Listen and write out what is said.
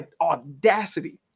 audacity